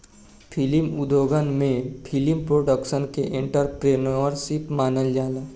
film उद्योगन में film production के एंटरप्रेन्योरशिप मानल जाला